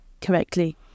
correctly